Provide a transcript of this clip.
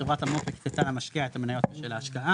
וחברת המו"פ הקצתה למשקיע את המניות בשל ההשקעה,